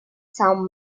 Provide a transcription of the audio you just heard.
some